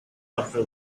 after